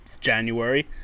January